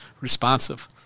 responsive